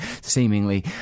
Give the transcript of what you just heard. seemingly